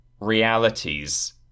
realities